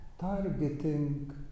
targeting